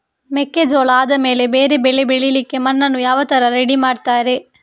ಮೆಕ್ಕೆಜೋಳ ಆದಮೇಲೆ ಬೇರೆ ಬೆಳೆ ಬೆಳಿಲಿಕ್ಕೆ ಮಣ್ಣನ್ನು ಯಾವ ತರ ರೆಡಿ ಮಾಡ್ತಾರೆ?